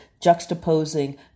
juxtaposing